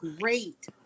great